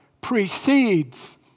precedes